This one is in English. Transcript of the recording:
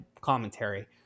commentary